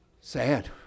sad